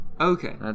Okay